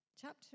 chapter